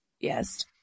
Yes